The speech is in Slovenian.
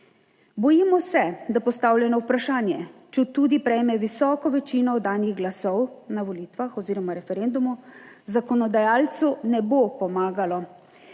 Bojimo se, da postavljeno vprašanje, četudi prejme visoko večino oddanih glasov na volitvah oziroma referendumu, zakonodajalcu ne bo pomagalo.